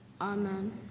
Amen